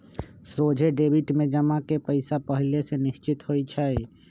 सोझे डेबिट में जमा के पइसा पहिले से निश्चित होइ छइ